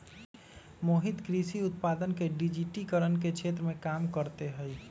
मोहित कृषि उत्पादक के डिजिटिकरण के क्षेत्र में काम करते हई